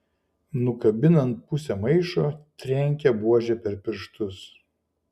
nukabinant pusę maišo trenkia buože per pirštus